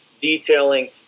detailing